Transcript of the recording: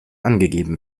angegeben